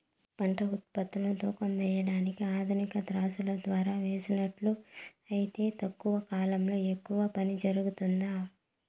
పంట ఉత్పత్తులు తూకం వేయడానికి ఆధునిక త్రాసులో ద్వారా వేసినట్లు అయితే తక్కువ కాలంలో ఎక్కువగా పని జరుగుతుందా?